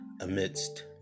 amidst